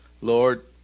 Lord